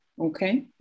okay